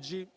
Si